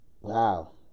Wow